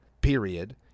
period